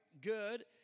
good